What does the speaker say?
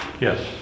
Yes